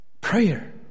Prayer